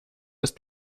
ist